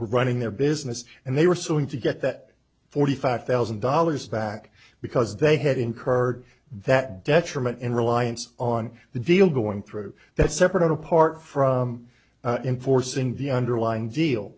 running their business and they were suing to get that forty five thousand dollars back because they had incurred that detriment in reliance on the deal going through that separate and apart from enforcing the underlying deal